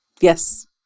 Yes